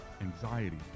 anxiety